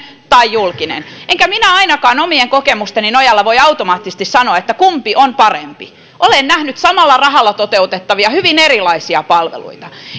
tai julkinen enkä minä ainakaan omien kokemusteni nojalla voi automaattisesti sanoa kumpi on parempi olen nähnyt samalla rahalla toteutettavia hyvin erilaisia palveluita